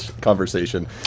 conversation